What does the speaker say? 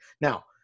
Now